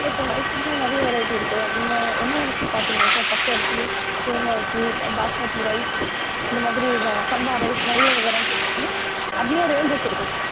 yes sir அரிசியுமே நிறைய variety இருக்கு நீங்கள் என்ன அரிசி பார்க்குறீங்க சார் பச்சரிசி புழுங்கரிசி பாஸ்மதி ரைஸ் இந்தமாதிரி சம்பா ரைஸ் நிறைய வெரைட்டிஸ் இருக்கு அதுலையும் ரேஞ்சஸ் இருக்கு சார்